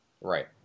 Right